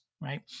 right